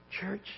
church